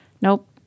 Nope